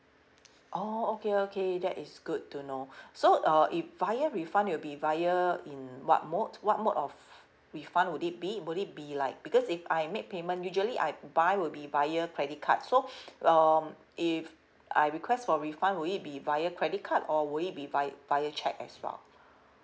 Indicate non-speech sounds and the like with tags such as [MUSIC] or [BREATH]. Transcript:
oh okay okay that is good to know so uh if via refund will be via in what mode what mode of refund would it be would it be like because if I make payment usually I buy will be via credit card so [BREATH] um if I request for refund will it be via credit card or will it be vi~ via cheque as well